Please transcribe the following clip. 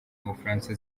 umufaransa